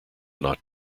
not